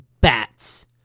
bats